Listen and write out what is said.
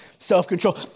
Self-control